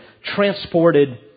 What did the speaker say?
transported